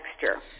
texture